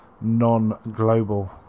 non-global